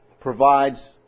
provides